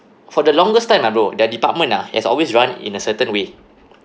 for the longest time lah bro their department ah has always run in a certain way